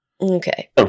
Okay